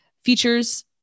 features